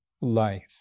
life